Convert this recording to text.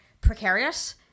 precarious